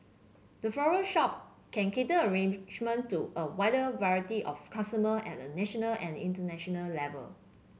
the floral shop can cater arrangement to a wider variety of customer at a national and international level